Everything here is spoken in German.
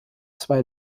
zwei